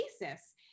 basis